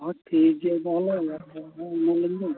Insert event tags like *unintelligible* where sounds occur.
ᱦᱳᱭ ᱴᱷᱤᱠ ᱜᱮᱭᱟ ᱛᱟᱦᱚᱞᱮ *unintelligible* ᱮᱢᱟᱞᱤᱧ ᱵᱤᱱ